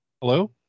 Hello